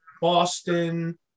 Boston